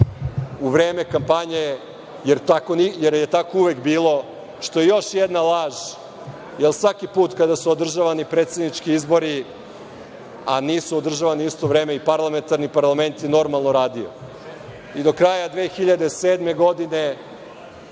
u vreme kampanje, jer je tako uvek bilo, što je još jedna laž, jer svaki put kada su održavani predsednički izbori, a nisu održavani u isto vreme i parlamentarni, parlament je normalno radio. I do kraja 2007. godine,